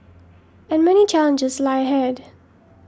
and many challenges lie ahead